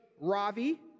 Ravi